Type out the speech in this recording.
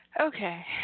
okay